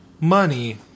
Money